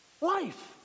Life